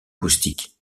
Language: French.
acoustique